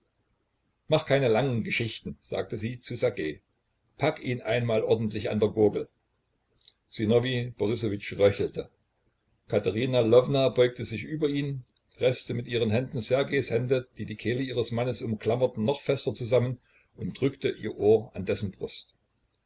mach keine langen geschichten sagte sie zu ssergej pack ihn einmal ordentlich an der gurgel sinowij borissowitsch röchelte katerina lwowna beugte sich über ihn preßte mit ihren händen ssergejs hände die die kehle ihres mannes umklammerten noch fester zusammen und drückte ihr ohr an dessen brust